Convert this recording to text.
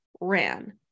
ran